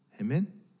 Amen